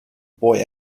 boy